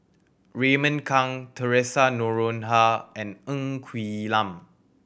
Raymond Kang Theresa Noronha and Ng Quee Lam